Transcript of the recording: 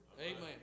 Amen